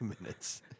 minutes